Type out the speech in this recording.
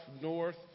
north